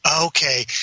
Okay